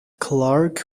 clark